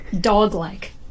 dog-like